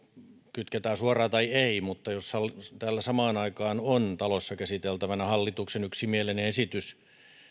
kytketään suoraan tai ei mutta jos täällä samaan aikaan on talossa käsiteltävänä hallituksen yksimielinen esitys